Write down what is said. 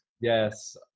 Yes